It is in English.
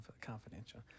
confidential